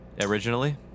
originally